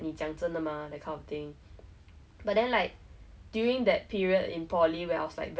所以我想 like 我想到自己会手忙脚乱这样